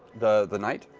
the the knight.